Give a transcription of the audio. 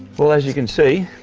well as you can see,